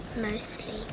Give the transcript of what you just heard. Mostly